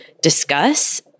discuss